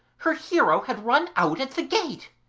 her hero had run out at the gate!